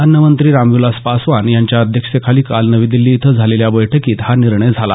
अन्नमंत्री रामविलास पासवान यांच्या अध्यक्षतेखाली काल नवी दिल्ली इथं झालेल्या बैठकीत हा निर्णय झाला